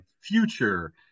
future